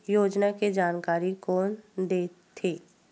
योजना के जानकारी कोन दे थे?